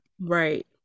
Right